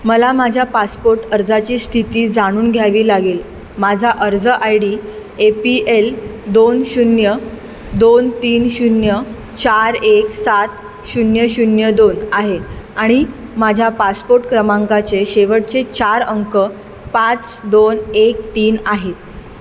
मला माझ्या पासपोट अर्जाची स्थिती जाणून घ्यावी लागेल माझा अर्ज I D A P L दोन शून्य दोन तीन शून्य चार एक सात शून्य शून्य दोन आहे आणि माझ्या पासपोट क्रमांकाचे शेवटचे चार अंक पाच दोन एक तीन आहेत